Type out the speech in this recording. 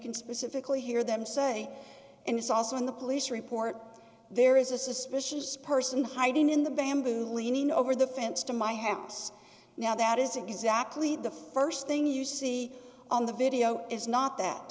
can specifically hear them say and it's also in the police report there is a suspicious person hiding in the bamboo leaning over the fence to my hands now that is exactly the st thing you see on the video is not that